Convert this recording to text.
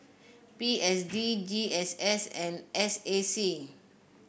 P S D G S S and S A C